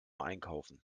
einkaufen